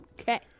Okay